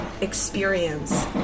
experience